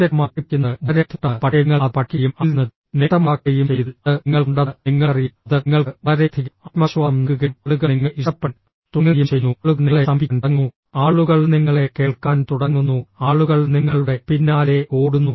പ്രത്യക്ഷമായി പഠിപ്പിക്കുന്നത് വളരെ ബുദ്ധിമുട്ടാണ് പക്ഷേ നിങ്ങൾ അത് പഠിക്കുകയും അതിൽ നിന്ന് നേട്ടമുണ്ടാക്കുകയും ചെയ്താൽ അത് നിങ്ങൾക്ക് ഉണ്ടെന്ന് നിങ്ങൾക്കറിയാം അത് നിങ്ങൾക്ക് വളരെയധികം ആത്മവിശ്വാസം നൽകുകയും ആളുകൾ നിങ്ങളെ ഇഷ്ടപ്പെടാൻ തുടങ്ങുകയും ചെയ്യുന്നു ആളുകൾ നിങ്ങളെ സമീപിക്കാൻ തുടങ്ങുന്നു ആളുകൾ നിങ്ങളെ കേൾക്കാൻ തുടങ്ങുന്നു ആളുകൾ നിങ്ങളുടെ പിന്നാലെ ഓടുന്നു